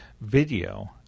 video